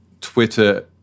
twitter